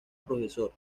profesor